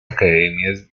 academias